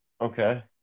Okay